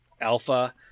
alpha